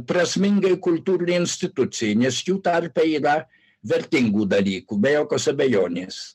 prasmingai kultūrinei institucijai nes jų tarpe yra vertingų dalykų be jokios abejonės